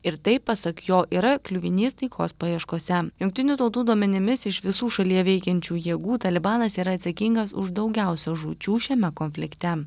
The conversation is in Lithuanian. ir tai pasak jo yra kliuvinys taikos paieškose jungtinių tautų duomenimis iš visų šalyje veikiančių jėgų talibanas yra atsakingas už daugiausia žūčių šiame konflikte